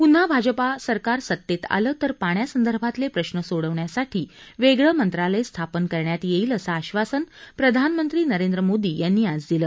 पुन्हा भाजपा सरकार सत्तेत आलं तर पाण्यासंदर्भातले प्रश्न सोडवण्यासाठी वेगळं मंत्रालय स्थापन करण्यात येईल असं आश्वासन प्रधानमंत्री नरेंद्र मोदी यांनी आज दिलं